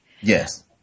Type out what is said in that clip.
Yes